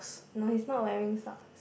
no he is not wearing socks